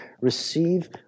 receive